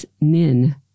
Nin